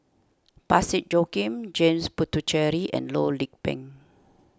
Parsick Joaquim James Puthucheary and Loh Lik Peng